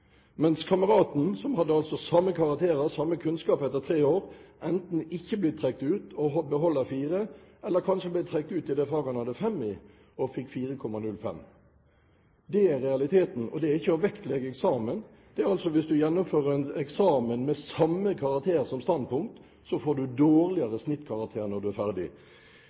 mens kameraten – som altså hadde samme karakterer, samme kunnskap, etter tre år – enten ikke blir trukket ut og beholder 4, eller kanskje blir trukket ut i det faget han hadde 5 i, får 5 og ender på 4,05. Det er realiteten, og det er ikke å vektlegge eksamen. Det er altså slik at hvis du gjennomfører en eksamen med samme karakter som standpunkt, kan du få dårligere snittkarakter når du er ferdig.